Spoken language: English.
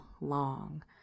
long